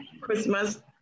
Christmas